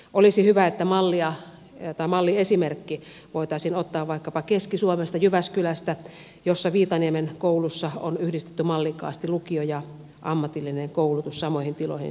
olisi hyvä että malliesimerkki voitaisiin ottaa vaikkapa keski suomesta jyväskylästä jossa viitaniemen koulussa on yhdistetty mallikkaasti lukio ja ammatillinen koulutus samoihin tiloihin synergiaa saaden